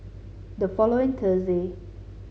the following Thursday